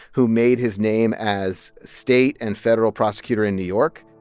who made his name as state and federal prosecutor in new york.